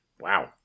wow